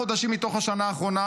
תשעה חודשים מתוך השנה האחרונה.